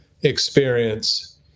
experience